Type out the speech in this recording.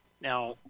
Now